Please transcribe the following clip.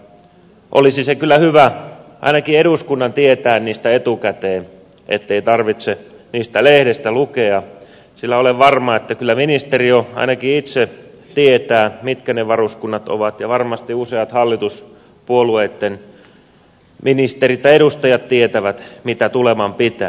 olisi kyllä hyvä ainakin eduskunnan tietää niistä etukäteen ettei tarvitse niistä lehdestä lukea sillä olen varma että kyllä ministeri jo ainakin itse tietää mitkä ne varuskunnat ovat ja varmasti useat hallituspuolueitten ministerit ja edustajat tietävät mitä tuleman pitää